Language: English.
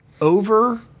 over